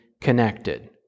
connected